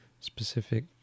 specific